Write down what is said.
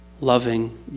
loving